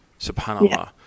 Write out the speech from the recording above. subhanAllah